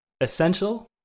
essential